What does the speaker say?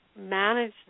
manage